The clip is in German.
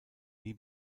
nie